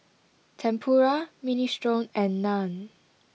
Tempura Minestrone and Naan